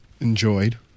enjoyed